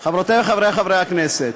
חברותי וחברי חברי הכנסת,